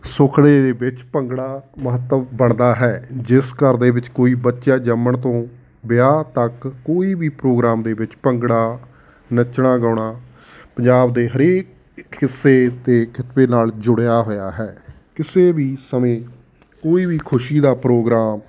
ਸੁਖੜੇ ਦੇ ਵਿੱਚ ਭੰਗੜਾ ਮਹੱਤਵ ਬਣਦਾ ਹੈ ਜਿਸ ਘਰ ਦੇ ਵਿੱਚ ਕੋਈ ਬੱਚਾ ਜੰਮਣ ਤੋਂ ਵਿਆਹ ਤੱਕ ਕੋਈ ਵੀ ਪ੍ਰੋਗਰਾਮ ਦੇ ਵਿੱਚ ਭੰਗੜਾ ਨੱਚਣਾ ਗਾਉਣਾ ਪੰਜਾਬ ਦੇ ਹਰੇਕ ਇਕ ਹਿੱਸੇ ਅਤੇ ਖਿੱਤੇ ਨਾਲ ਜੁੜਿਆ ਹੋਇਆ ਹੈ ਕਿਸੇ ਵੀ ਸਮੇਂ ਕੋਈ ਵੀ ਖੁਸ਼ੀ ਦਾ ਪ੍ਰੋਗਰਾਮ